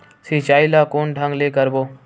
सिंचाई ल कोन ढंग से करबो?